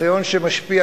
ניסיון שמשפיע